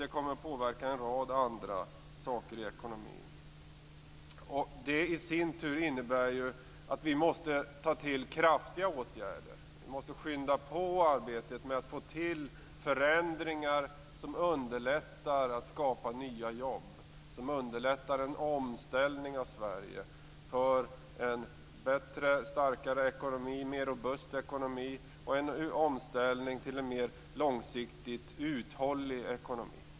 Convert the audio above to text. Det kommer påverka en rad andra saker i ekonomin. Det i sin tur innebär att vi måste ta till kraftfulla åtgärder. Vi måste skynda på arbetet med att få till förändringar som underlättar skapandet av nya jobb och en omställning av Sverige för en bättre, starkare och mer robust ekonomi och en mer långsiktigt uthållig ekonomi.